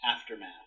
aftermath